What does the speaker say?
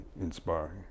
inspiring